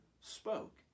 spoke